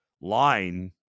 line